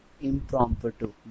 impromptu